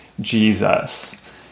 Jesus